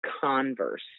Converse